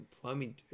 plumbing